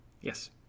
Yes